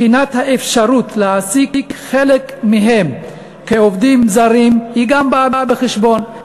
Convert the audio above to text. בחינת האפשרות להעסיק חלק מהם כעובדים זרים גם היא באה בחשבון,